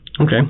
Okay